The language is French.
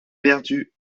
perdu